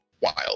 wild